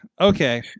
okay